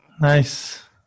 Nice